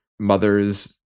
mother's